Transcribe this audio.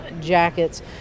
jackets